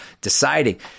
deciding